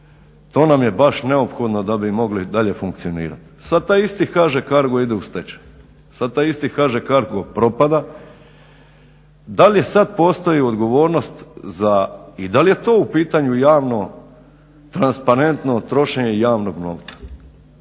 to nam je baš neophodno da bi mogli dalje funkcionirati. Sad taj isti HŽ Cargo ide u stečaj. Sad taj isti HŽ Cargo propada. Da li sad postoji odgovornost i da li je to u pitanju javno transparentno trošenje javnog novca?